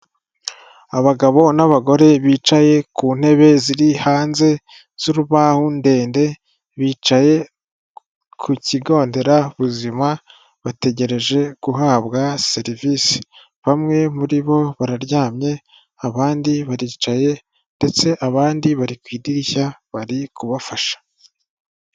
Abagabo n'abagore bicaye ku ntebe ziri hanze z'urubaho ndende, bicaye ku kigo nderabuzima bategereje guhabwa serivisi. Bamwe muri bo bararyamye, abandi baricaye ndetse abandi bari ku idirishya bari kubafasha.